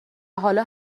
حالا